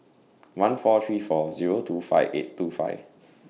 one four three four Zero two five eight two five